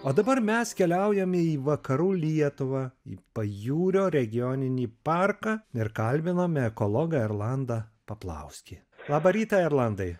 o dabar mes keliaujame į vakarų lietuvą į pajūrio regioninį parką ir kalbiname ekologą erlandą paplauskį labą rytą erlandai